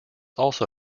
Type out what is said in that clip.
also